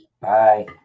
Bye